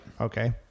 Okay